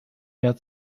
mehr